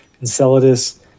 Enceladus